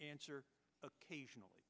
answer occasionally